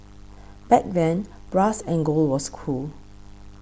back then brass and gold was cool